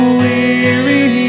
weary